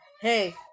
Hey